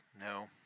No